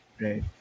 Right